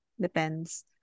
depends